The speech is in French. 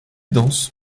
danse